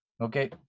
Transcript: Okay